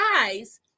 eyes